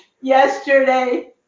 yesterday